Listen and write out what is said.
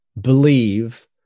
believe